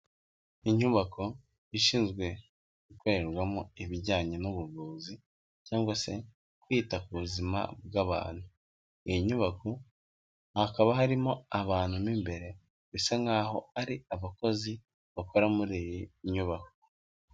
Inyubako ishinzwe gukorerwamo ibijyanye n'ubuvuzi, cyangwa se kwita ku buzima bw'abantu. Iyi nyubako hakaba harimo abantu mo imbere, bisa nkaho ari abakozi bakora muri iyi nyubako.